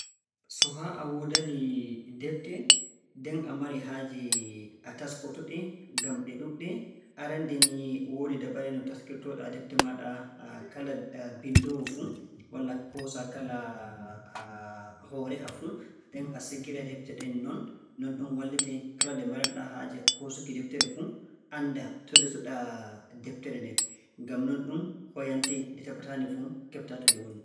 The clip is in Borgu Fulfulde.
So haa a woodi defte nden a mari haaje a taskoto-ɗe ngam ɗe ɗuuɗɗe. Arannde ni, woodi dabare no taskirto-ɗaa defte maaɗa kala binndoowo fuu, walla koosaa kala hooreha fuu. Nden a sigira defte ɗen non. Nonɗum wallete kala nde maran-ɗaa haaje hoosuki deftere fuu anndaa to ndesu-ɗaa deftere nden. Ngam nonɗum hoyante nde tefataa-nde fuu anndaa to nde woni.